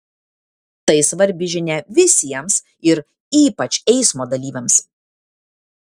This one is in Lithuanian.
tai svarbi žinia visiems ir ypač eismo dalyviams